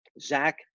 Zach